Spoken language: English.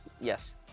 Yes